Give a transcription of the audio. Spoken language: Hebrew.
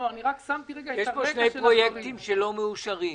יש פה שני פרויקטים לא מאושרים.